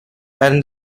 and